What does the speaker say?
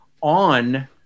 on